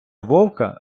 вовка